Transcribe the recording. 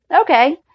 Okay